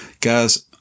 guys